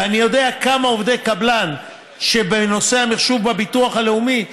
ואני יודע כמה עובדי קבלן בנושא המחשוב בביטוח הלאומי,